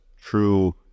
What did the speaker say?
true